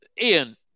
Ian